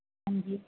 ਹਾਂਜੀ